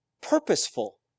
purposeful